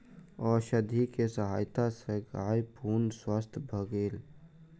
औषधि के सहायता सॅ गाय पूर्ण स्वस्थ भ गेल